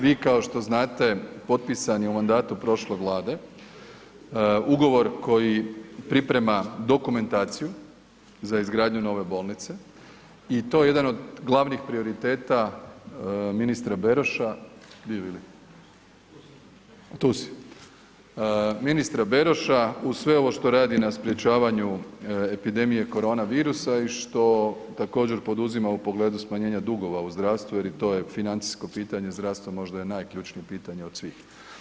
Vi kao što znate potpisan je u mandatu prošle Vlade ugovor koji priprema dokumentaciju za izgradnju Nove bolnice i to je jedan od glavnih prioriteta ministra Beroša, gdje je Vili, tu si, ministra Beroša uz sve ovo što radi na sprječavanju epidemije korona virusa i što također poduzima u pogledu smanjenja dugova u zdravstvu jer i to je financijsko pitanje zdravstva možda je najključnije pitanje od svih.